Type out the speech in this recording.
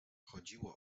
chodziło